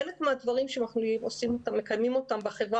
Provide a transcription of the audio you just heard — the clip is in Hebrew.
חלק מהדברים שאנחנו מקיימים אותם בחברה